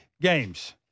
games